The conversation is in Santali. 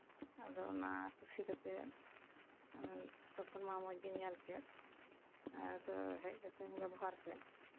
ᱟᱫᱚ ᱚᱱᱟ ᱠᱩᱥᱤ ᱠᱟᱛᱮᱫ ᱛᱚᱠᱷᱚᱱ ᱢᱟ ᱢᱚᱪᱜᱤᱧ ᱧᱮᱞᱠᱮᱫ ᱟᱫᱚ ᱦᱮᱡ ᱠᱟᱛᱮᱧ ᱵᱮᱵᱚᱦᱟᱨ ᱠᱮᱫ